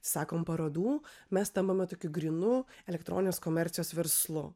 sakom parodų mes tampame tokiu grynu elektroninės komercijos verslu